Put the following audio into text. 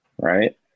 right